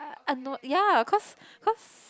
I know ya cause cause